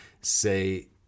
say